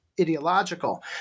ideological